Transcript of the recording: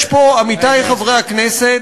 יש פה, עמיתי חברי הכנסת,